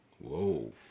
Whoa